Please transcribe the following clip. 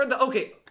Okay